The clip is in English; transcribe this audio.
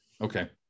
Okay